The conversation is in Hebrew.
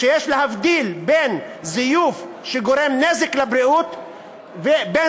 יש להבדיל בין זיוף שגורם נזק לבריאות לבין